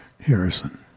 Harrison